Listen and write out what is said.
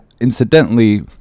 incidentally